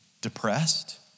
depressed